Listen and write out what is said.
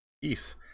Peace